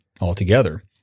altogether